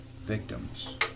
victims